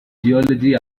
geology